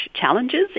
challenges